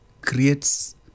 creates